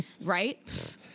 Right